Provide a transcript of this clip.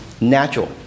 natural